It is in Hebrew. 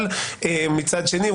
אבל מצד שני,